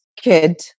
kid